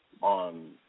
on